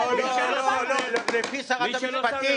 מועצות ספציפיות כמו מוזיאונים,